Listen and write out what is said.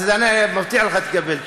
אז אני מבטיח לך שתקבל תשובה.